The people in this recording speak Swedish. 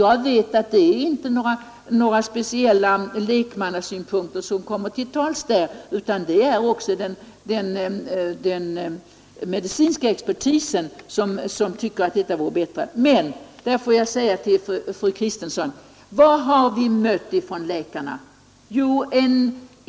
Jag vet att detta inte är några speciella lekmannasynpunkter utan att också den medicinska expertisen tycker att det vore bättre. Men jag vill i detta sammanhang fråga fru Kristensson: Vad har vi mött från läkarna?